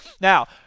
Now